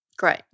Great